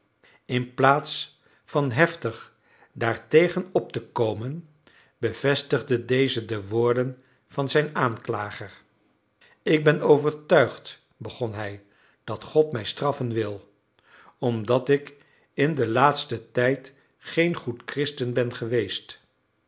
inplaats van heftig daartegen op te komen bevestigde deze de woorden van zijn aanklager ik ben overtuigd begon hij dat god mij straffen wil omdat ik in den laatsten tijd geen goed christen ben geweest